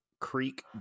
creek